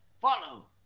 Follow